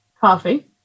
coffee